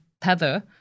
Tether